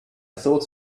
thought